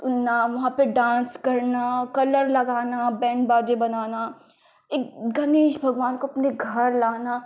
सुनना वहाँ पर डान्स करना कलर लगाना बैण्ड बाजा बजाना एक गणेश भगवान को अपने घर लाना